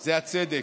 זה הצדק,